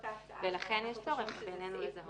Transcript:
לכן בעינינו יש צורך לזהות.